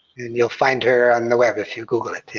and you'll find her on the web if you google it.